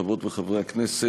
חברות וחברי הכנסת,